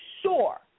sure